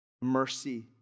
Mercy